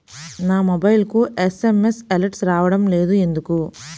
నా మొబైల్కు SMS alerts రావడం లేదు ఎందుకు?